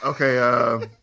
Okay